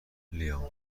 لیام